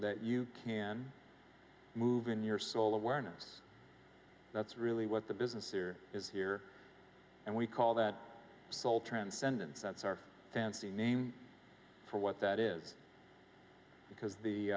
that you can move in your soul awareness that's really what the business here is here and we call that soul transcendence that's our fancy name for what that is because the